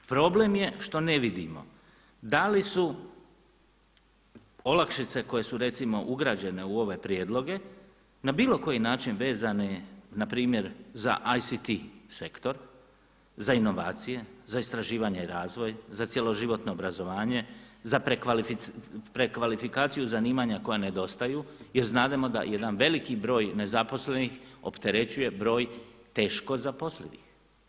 U tome smislu problem je što ne vidimo da li su olakšice koje su recimo ugrađene u ove prijedloge na bilo koji način vezane na primjer za ICT sektor, za inovacije, za istraživanje i razvoj, za cjeloživotno obrazovanje, za prekvalifikaciju zanima koja nedostaju jer znademo da jedan veliki broj nezaposlenih opterećuje broj teško zaposlivih.